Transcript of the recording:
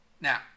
Now